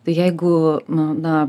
tai jeigu nu na